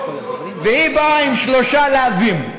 והיא באה עם שלושה לאווים: